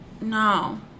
no